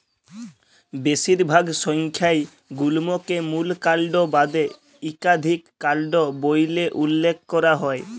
বেশিরভাগ সংখ্যায় গুল্মকে মূল কাল্ড বাদে ইকাধিক কাল্ড ব্যইলে উল্লেখ ক্যরা হ্যয়